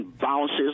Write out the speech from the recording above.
bounces